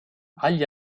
agli